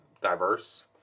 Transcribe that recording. diverse